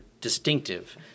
distinctive